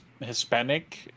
hispanic